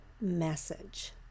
message